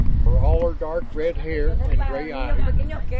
for all her dark-red hair and gray eyes,